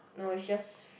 no is just